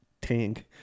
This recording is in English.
tank